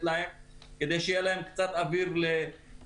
להם כדי שיהיה להם קצת אוויר לנשימה.